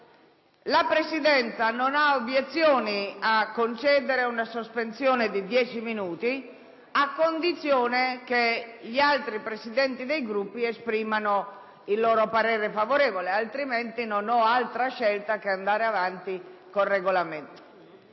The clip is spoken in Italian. La Presidenza non ha obiezioni a concedere una sospensione di dieci minuti, a condizione che gli altri Presidenti dei Gruppi esprimano il loro parere favorevole. Diversamente, non avrei altra scelta che andare avanti in base al Regolamento.